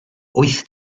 wyth